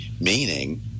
Meaning